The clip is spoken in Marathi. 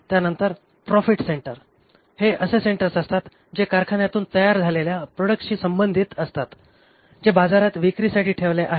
त्यानंतर प्रॉफिट सेंटर हे असे सेन्टर्स असतात जे कारखान्यातून तयार झालेल्या प्रोडक्ट्सशी संबंधित असतात जे बाजारात विक्रीसाठी ठेवले आहेत